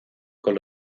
con